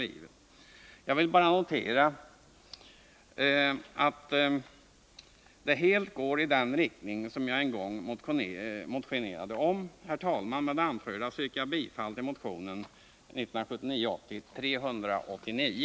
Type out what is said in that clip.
Jag vill bara notera att detta uttalande från utskottet helt går i den riktning som jag en gång motionsledes krävde. Herr talman! Med det anförda yrkar jag bifall till motionen 1979/ 80:389.